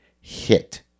hit